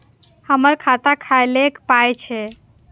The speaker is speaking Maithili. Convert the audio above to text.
हमर खाता खौलैक पाय छै